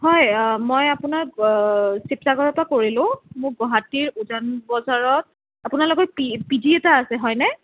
হয় মই আপোনাৰ শিৱসাগৰৰ পৰা কৰিলোঁ মোক গুৱাহাটীৰ উজানবজাৰত আপোনালোকৰ পি পি জি এটা আছে হয়নে